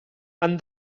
han